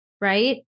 right